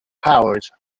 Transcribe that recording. powers